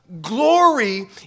glory